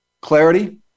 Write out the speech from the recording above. clarity